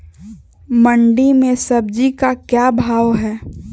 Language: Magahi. मंडी में सब्जी का क्या भाव हैँ?